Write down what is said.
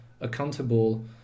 accountable